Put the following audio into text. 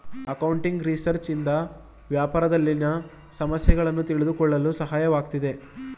accounting research ಇಂದ ವ್ಯಾಪಾರದಲ್ಲಿನ ಸಮಸ್ಯೆಗಳನ್ನು ತಿಳಿದುಕೊಳ್ಳಲು ಸಹಾಯವಾಗುತ್ತದೆ